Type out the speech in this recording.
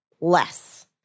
less